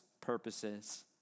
purposes